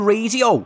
Radio